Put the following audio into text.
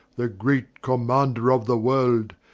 the great commander of the world,